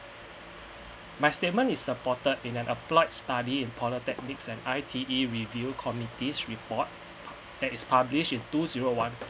my statement is supported in an employed study in polytechnics and I_T_E review committee's report that is published in two zero one